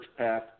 SearchPath